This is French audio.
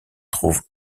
trouve